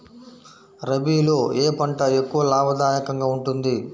రబీలో ఏ పంట ఎక్కువ లాభదాయకంగా ఉంటుంది?